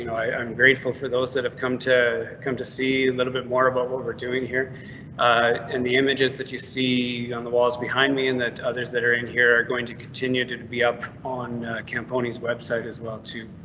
you know i'm grateful for those that have come to come to see a and little bit more about what we're doing here and the images that you see on the walls behind me and that others that are in here are going to continue to to be up on cam ponies website as well too.